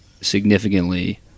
significantly